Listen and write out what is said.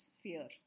fear